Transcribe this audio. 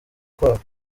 kwabo